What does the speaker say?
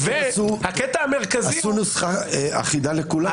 עשו נוסחה אחידה לכולם.